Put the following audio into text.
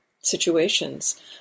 situations